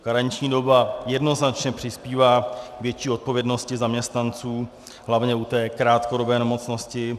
Karenční doba jednoznačně přispívá k větší odpovědnosti zaměstnanců, hlavně u té krátkodobé nemocnosti.